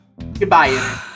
goodbye